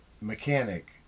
mechanic